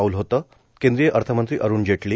पाऊल होतं केंद्रीय अर्थमंत्री अरूण जेटली